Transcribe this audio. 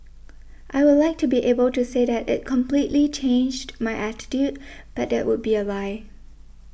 I would like to be able to say that it completely changed my attitude but that would be a lie